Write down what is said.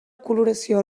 coloració